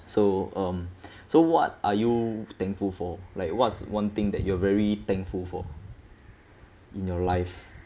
so um so what are you thankful for like what's one thing that you are very thankful for in your life